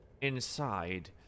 inside